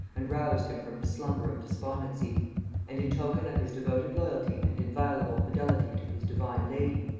and roused him from his slumber of despondency and in token of his devoted loyalty and inviolable fidelity to his divine lady,